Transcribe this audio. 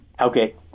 Okay